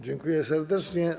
Dziękuję serdecznie.